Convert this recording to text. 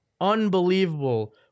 unbelievable